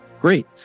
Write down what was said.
Great